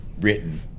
written